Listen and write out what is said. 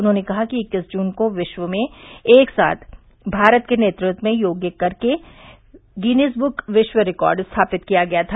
उन्होंने कहा कि इक्कीस जून को विश्व में एक साथ भारत के नेतृत्व में योग कर के गिनीज बुक विश्व रिकार्ड स्थापित किया गया था